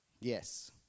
Yes